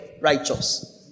righteous